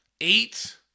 eight